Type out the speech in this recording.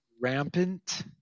rampant